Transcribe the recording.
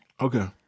Okay